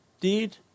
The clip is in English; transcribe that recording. deed